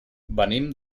venim